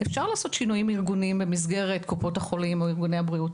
אפשר לעשות שינויים ארגוניים במסגרת קופות החולים או ארגוני הבריאות,